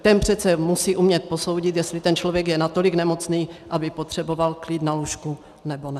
Ten přece musí umět posoudit, jestli ten člověk je natolik nemocný, aby potřeboval klid na lůžku, nebo ne.